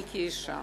אני כאשה